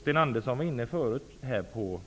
Sten Andersson var förut inne på